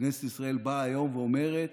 כנסת ישראל באה היום ואומרת: